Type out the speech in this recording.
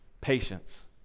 patience